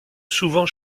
souvent